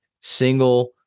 single